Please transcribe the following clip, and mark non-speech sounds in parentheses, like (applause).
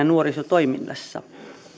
(unintelligible) nuorisotoiminnassa